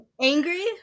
angry